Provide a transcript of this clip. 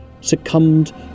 succumbed